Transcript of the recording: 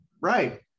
right